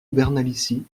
bernalicis